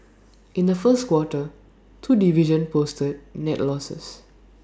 in the first quarter two divisions posted net losses